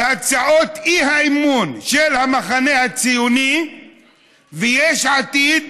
המחנה הציוני ויש עתיד,